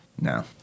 No